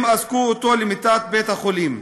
הם אזקו אותו למיטת בית-החולים.